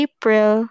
April